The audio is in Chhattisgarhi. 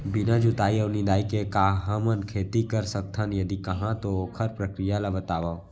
बिना जुताई अऊ निंदाई के का हमन खेती कर सकथन, यदि कहाँ तो ओखर प्रक्रिया ला बतावव?